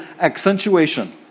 accentuation